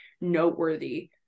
noteworthy